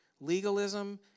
legalism